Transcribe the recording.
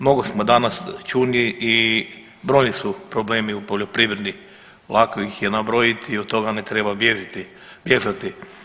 Mnogo smo danas čuli i brojni su problemi u poljoprivredi, lako ih je nabrojati i od toga ne treba bježati.